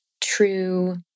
true